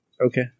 Okay